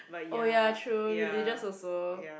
oh ya true religious also